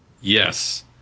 Yes